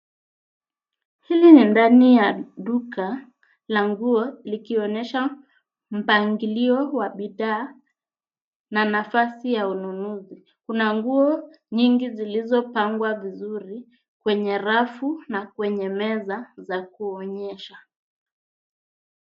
Hili ni ndani ya duka la nguo likionyesha mpangilio wa bidhaa na nafasi ya ununuzi. Kuna nguo nyingi zilizopangwa vizuri kwenye rafu na kwenye meza za kuonyesha.